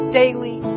daily